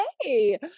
hey